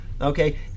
okay